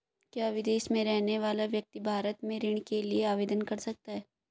क्या विदेश में रहने वाला व्यक्ति भारत में ऋण के लिए आवेदन कर सकता है?